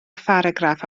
pharagraff